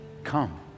come